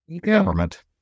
government